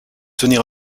tenir